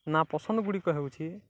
ନାପସନ୍ଦଗୁଡ଼ିକ ହେଉଛି